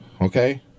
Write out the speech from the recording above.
okay